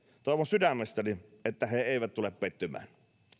toivon sydämestäni että he eivät tule pettymään